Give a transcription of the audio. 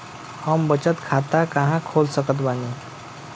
हम बचत खाता कहां खोल सकत बानी?